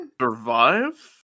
Survive